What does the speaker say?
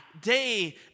day